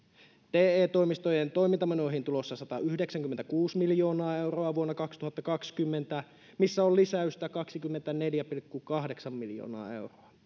te toimistojen toimintamenoihin on tulossa satayhdeksänkymmentäkuusi miljoonaa euroa vuonna kaksituhattakaksikymmentä missä on lisäystä kaksikymmentäneljä pilkku kahdeksan miljoonaa euroa